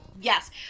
Yes